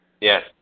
Yes